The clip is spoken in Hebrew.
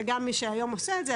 וגם מי שהיום עושה את זה,